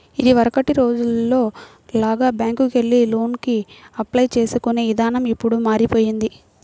ఇదివరకటి రోజుల్లో లాగా బ్యేంకుకెళ్లి లోనుకి అప్లై చేసుకునే ఇదానం ఇప్పుడు మారిపొయ్యింది